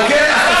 אוקיי?